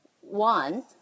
one